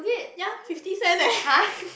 ya fifty cent eh